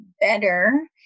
better